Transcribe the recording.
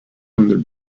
under